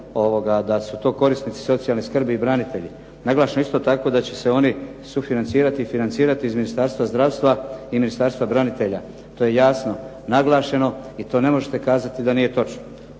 da su to korisnici socijalne skrbi i branitelji. Naglašeno je isto tako da će se oni sufinancirati i financirati iz Ministarstva zdravstva i Ministarstva branitelja. To je jasno naglašeno i to ne možete kazati da nije točno.